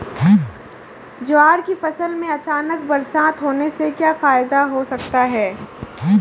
ज्वार की फसल में अचानक बरसात होने से क्या फायदा हो सकता है?